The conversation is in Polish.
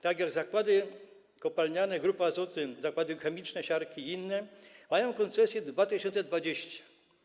Tak jak zakłady kopalniane, Grupa Azoty, zakłady chemiczne siarki i inne mają koncesje do 2020.